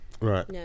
right